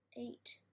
eight